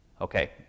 Okay